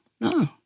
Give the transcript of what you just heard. no